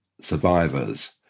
survivors